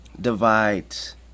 divides